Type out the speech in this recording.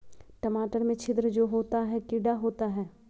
टमाटर में छिद्र जो होता है किडा होता है?